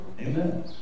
amen